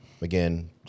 again